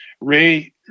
Ray